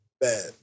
Bad